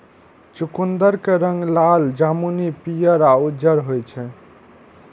चुकंदर के रंग लाल, जामुनी, पीयर या उज्जर होइ छै